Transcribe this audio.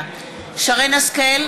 (קוראת בשמות חברי הכנסת) שרן השכל,